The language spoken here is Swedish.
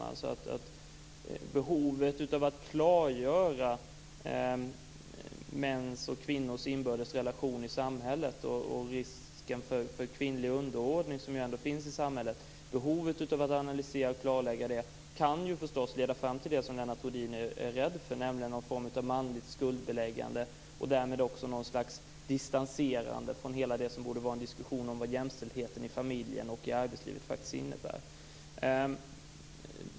Behovet av att analysera och klargöra mäns och kvinnors inbördes relation i samhället och risken för kvinnlig underordning, som ju ändå finns i samhället, kan förstås leda fram till det som Lennart Rohdin är rädd för, nämligen någon form av manligt skuldbeläggande. Därmed kan det också leda till något slags distanserande från det som borde vara en diskussion om vad jämställdheten i familjen och arbetslivet faktiskt innebär.